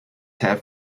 have